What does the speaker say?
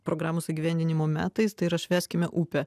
programos įgyvendinimo metais tai yra švęskime upę